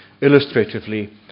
illustratively